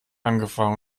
angefangen